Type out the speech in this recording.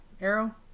arrow